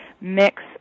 mix